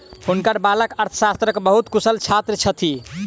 हुनकर बालक अर्थशास्त्रक बहुत कुशल छात्र छथि